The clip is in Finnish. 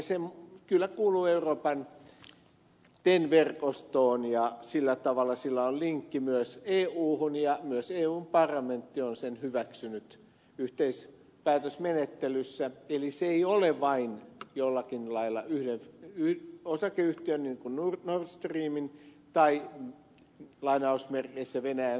se kyllä kuuluu euroopan ten verkostoon ja sillä tavalla sillä on linkki myös euhun ja myös eun parlamentti on sen hyväksynyt yhteispäätösmenettelyssä eli se ei ole vain jollakin lailla osakeyhtiön niin kuin nord stream tai venäjän saksanhollannin hanke